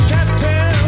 Captain